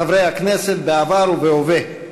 חברי הכנסת בעבר ובהווה,